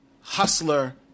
Hustler